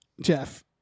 Jeff